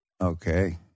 Okay